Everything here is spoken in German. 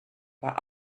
war